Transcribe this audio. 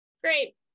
Great